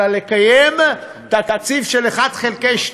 אלא לקיים תקציב של 1 חלקי 12,